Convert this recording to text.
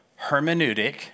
hermeneutic